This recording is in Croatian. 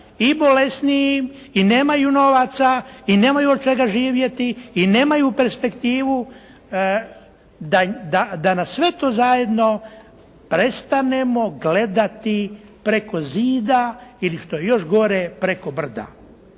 i bolesniji i nemaju novaca i nemaju od čega živjeti i nemaju perspektivu, da na sve to zajedno prestanemo gledati preko zida ili što je još gore preko brda.